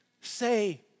say